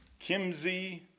Kimsey